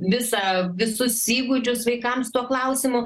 visą visus įgūdžius vaikams tuo klausimu